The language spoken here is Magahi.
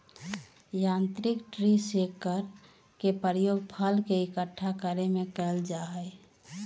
यांत्रिक ट्री शेकर के प्रयोग फल के इक्कठा करे में कइल जाहई